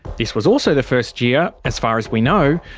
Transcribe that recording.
this was also the first year, as far as we know,